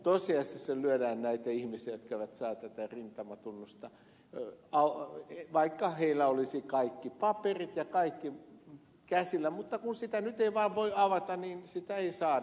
tosiasiassa lyödään näitä ihmisiä jotka eivät saa tätä rintamatunnusta vaikka heillä olisi kaikki paperit ja kaikki käsillä mutta kun sitä nyt ei vaan voi avata niin sitä ei saada